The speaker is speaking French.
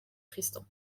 tristan